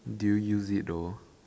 do you use it though